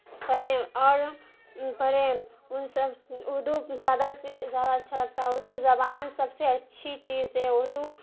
پڑھے اور پڑھے ان سب اردو زیادہ سے زیادہ اچھا لگتا ہے اردو زبان سب سے اچھی چیز ہے اردو